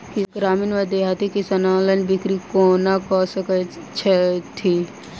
ग्रामीण वा देहाती किसान ऑनलाइन बिक्री कोना कऽ सकै छैथि?